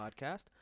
podcast